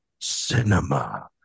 Cinema